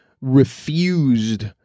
refused